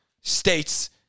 states